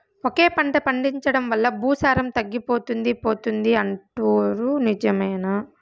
ఒకే పంట పండించడం వల్ల భూసారం తగ్గిపోతుంది పోతుంది అంటారు నిజమేనా